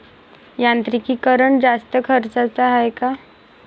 यांत्रिकीकरण जास्त खर्चाचं हाये का?